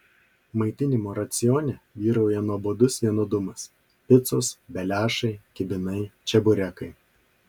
maitinimo racione vyrauja nuobodus vienodumas picos beliašai kibinai čeburekai